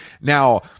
Now